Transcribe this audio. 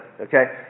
okay